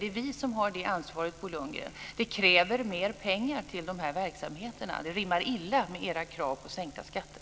Det är vi som har det ansvaret, Bo Lundgren. Det kräver mer pengar till de här verksamheterna. Det rimmar illa med era krav på sänkta skatter.